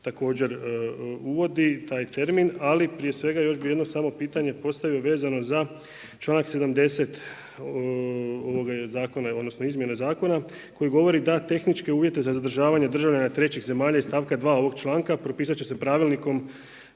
zakon uvodi taj termin. Ali prije svega još bih jedno samo pitanje postavio vezano za članak 70. ovoga zakona, odnosno izmjene zakona koji govori da tehničke uvjete za zadržavanje državljana trećih zemalja iz stavka 2. ovog članka propisati će pravilnikom